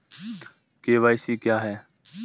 KYC क्या है?